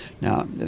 now